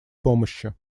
помощи